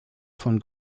von